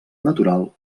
natural